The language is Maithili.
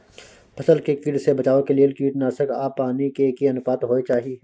फसल के कीट से बचाव के लेल कीटनासक आ पानी के की अनुपात होय चाही?